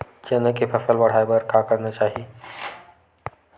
चना के फसल बढ़ाय बर का करना चाही?